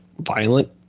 violent